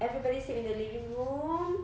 everybody sleep in the living room